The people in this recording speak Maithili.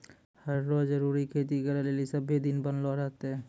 हर रो जरूरी खेती करै लेली सभ्भे दिन बनलो रहतै